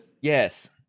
Yes